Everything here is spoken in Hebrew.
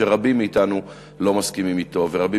שרבים מאתנו לא מסכימים אתו ורבים